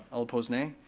all opposed nay.